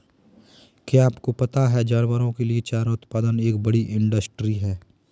क्या आपको पता है जानवरों के लिए चारा उत्पादन एक बड़ी इंडस्ट्री है?